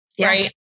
right